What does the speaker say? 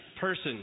person